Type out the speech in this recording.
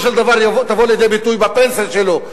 של דבר תבוא לידי ביטוי בפנסיה שלו,